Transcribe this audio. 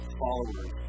followers